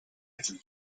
every